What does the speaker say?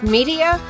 Media